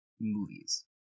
movies